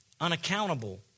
unaccountable